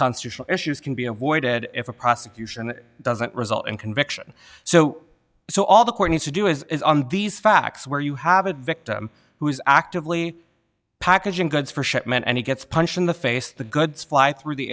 constitutional issues can be avoided if a prosecution doesn't result in conviction so so all the court has to do is these facts where you have a victim who is actively packaging goods for shipment and he gets punched in the face the goods fly through the